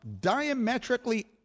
diametrically